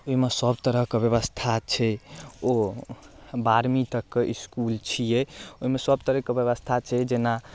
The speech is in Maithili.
ओइमे सब तरहके व्यवस्था छै ओ बारहमीं तकके इसकुल छियै ओइमे सब तरहके व्यवस्था छै जेना